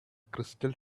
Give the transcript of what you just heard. crystal